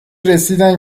رسیدن